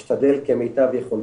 אני אשתדל כמיטב יכולתי.